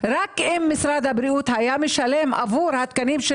משרד הבריאות היה משלם עבור התקנים של